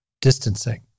distancing